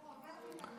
הוא עובר מתחנה